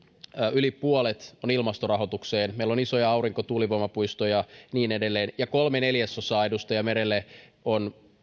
yli puolet on ilmastorahoitukseen meillä on isoja aurinko ja tuulivoimapuistoja ja niin edelleen ja kolme neljäsosaa edustaja meri on